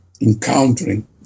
encountering